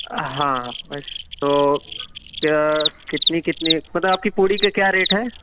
ہاں بس تو کتنی کتنی مطلب آپ کی پوڑی کے کیا ریٹ ہیں